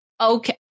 Okay